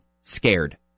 scared